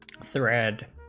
thread